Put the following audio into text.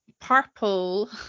purple